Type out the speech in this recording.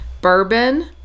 bourbon